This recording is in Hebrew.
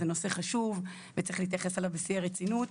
זה נושא חשוב וצריך להתייחס אליו בשיא הרצינות.